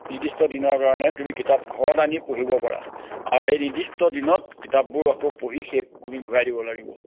নিৰ্দিষ্ট দিনৰ কাৰণে তুমি কিতাপ ঘৰত আনি পঢ়িব পাৰা আৰু সেই নিৰ্দিষ্ট দিনত কিতাপবোৰ আকৌ পঢ়ি শেষ তুমি ঘূৰাই দিব লাগিব